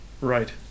Right